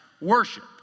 worship